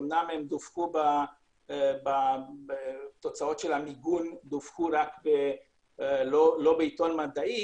אמנם תוצאות המיגון דווחו לא בעיתון מדעי.